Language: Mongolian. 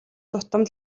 тутам